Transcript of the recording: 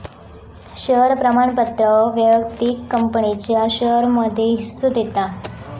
share प्रमाणपत्र व्यक्तिक कंपनीच्या शेयरमध्ये हिस्सो देता